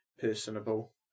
personable